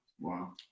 wow